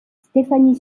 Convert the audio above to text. stéphanie